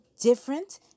different